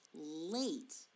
late